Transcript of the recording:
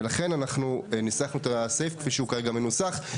ולכן אנחנו ניסחנו את הסעיף כפי שהוא כרגע מנוסח.